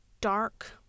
dark